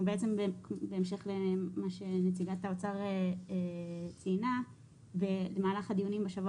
בהמשך למה שנציגת האוצר ציינה במהלך הדיונים בשבוע